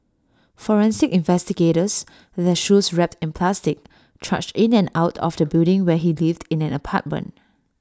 forensic investigators their shoes wrapped in plastic trudged in and out of the building where he lived in an apartment